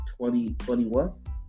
2021